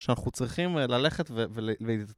שאנחנו צריכים ללכת ו...